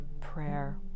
prayer